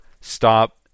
stop